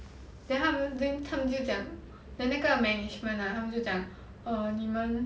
then 他们 then 他们就讲 then 那个 management ah 他们就讲 err 你们